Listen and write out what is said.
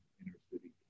inner-city